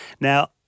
Now